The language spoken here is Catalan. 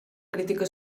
crítica